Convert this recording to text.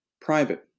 private